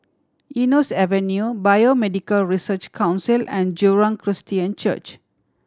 Eunos Avenue Biomedical Research Council and Jurong Christian Church